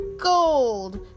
gold